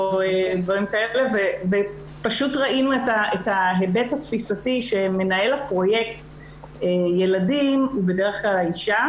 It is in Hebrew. ראינו את ההיבט התפיסתי שמנהל הפרויקט "ילדים" הוא בדרך כלל האישה,